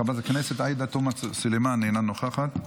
חברת הכנסת עאידה תומא סלימאן, אינה נוכחת,